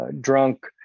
drunk